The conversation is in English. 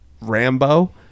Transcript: Rambo